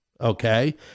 okay